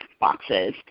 boxes